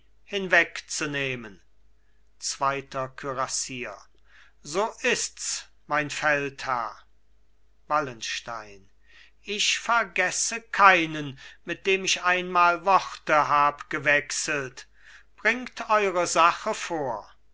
hinwegzunehmen zweiter kürassier so ists mein feldherr wallenstein ich vergesse keinen mit dem ich einmal worte hab gewechselt bringt eure sache vor